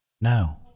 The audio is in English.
No